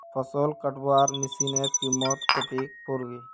फसल कटवार मशीनेर कीमत कत्ते पोर बे